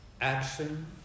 Action